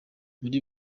muri